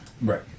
Right